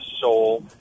soul